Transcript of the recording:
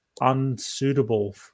unsuitable